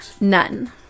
None